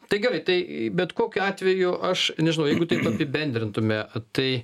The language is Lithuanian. tai gerai tai bet kokiu atveju aš nežinau jeigu taip apibendrintume tai